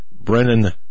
Brennan